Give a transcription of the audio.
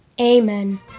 Amen